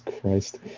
Christ